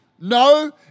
No